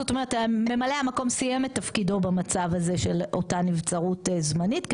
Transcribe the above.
זאת אומרת ממלא המקום סיים את תפקידו במצב הזה של אותה נבצרות זמנית.